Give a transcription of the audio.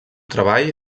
treball